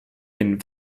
den